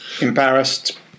Embarrassed